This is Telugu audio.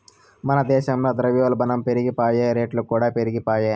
మన దేశంల ద్రవ్యోల్బనం పెరిగిపాయె, రేట్లుకూడా పెరిగిపాయె